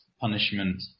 punishment